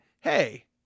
Hey